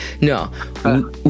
no